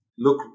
look